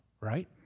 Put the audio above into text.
right